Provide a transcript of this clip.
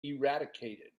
eradicated